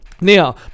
now